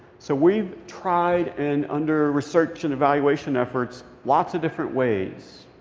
so we've tried and under research and evaluation efforts, lots of different ways.